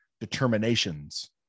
determinations